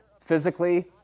physically